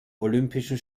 olympischen